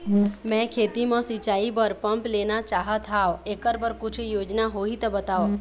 मैं खेती म सिचाई बर पंप लेना चाहत हाव, एकर बर कुछू योजना होही त बताव?